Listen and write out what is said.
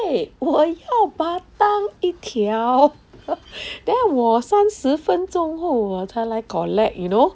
eh 我要 batang 一条 then 我三十分钟后我才来 collect you know